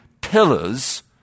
pillars